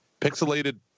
pixelated